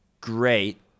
great